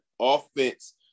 offense